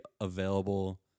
available